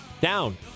Down